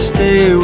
Stay